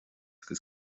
agus